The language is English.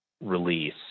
Release